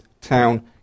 town